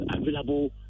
available